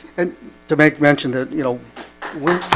and to make mention that you know when